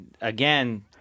again